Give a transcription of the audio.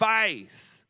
faith